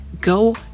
Go